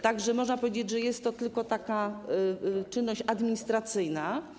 Tak że, można powiedzieć, jest to tylko czynność administracyjna.